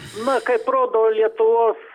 na kaip rodo lietuvos